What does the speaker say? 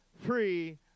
free